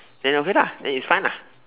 then okay lah then it's fine lah